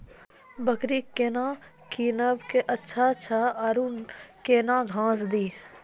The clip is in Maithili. बकरी केना कीनब केअचछ छ औरू के न घास दी?